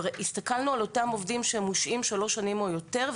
הסתכלנו על אותם עובדים שהם מושעים שלוש שנים או יותר,